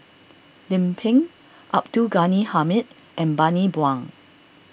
Lim Pin Abdul Ghani Hamid and Bani Buang